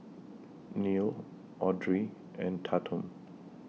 Neal Audry and Tatum